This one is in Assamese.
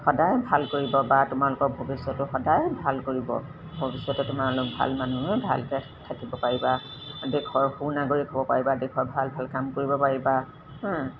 সদায় ভাল কৰিব বা তোমালোকৰ ভৱিষ্যতেও সদায় ভাল কৰিব ভৱিষ্যতে তোমালোক ভাল মানুহ হৈ ভালকৈ থাকিব পাৰিবা দেশৰ সুনাগৰিক হ'ব পাৰিবা দেশৰ ভাল ভাল কাম কৰিব পাৰিবা